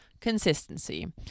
consistency